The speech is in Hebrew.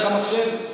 המחשב?